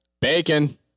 bacon